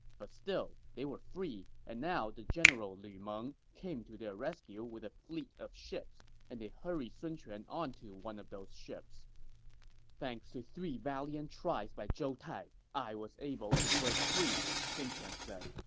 but still, they were free, and now the general lu meng came to their rescue with a fleet of ships, and they hurried sun quan onto one of the ships thanks to three valiant tries by zhou tai, i was able to break free, sun quan said.